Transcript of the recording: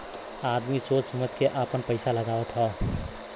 आदमी सोच समझ के आपन पइसा लगावत हौ